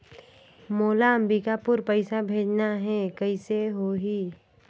मोला अम्बिकापुर पइसा भेजना है, कइसे होही?